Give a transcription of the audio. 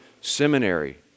seminary